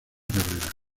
carrera